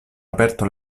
aperto